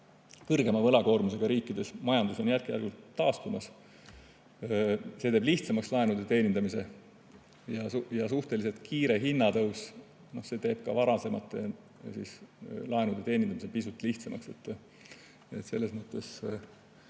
kõrgema võlakoormusega riikides on majandus järk-järgult taastumas. See teeb laenude teenindamise lihtsamaks, suhteliselt kiire hinnatõus teeb ka varasemate laenude teenindamise pisut lihtsamaks.